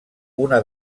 una